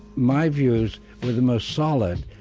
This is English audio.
my views were the most solid,